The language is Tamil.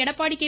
எடப்பாடி கே